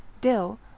dill